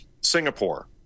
Singapore